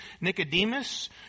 Nicodemus